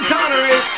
Connery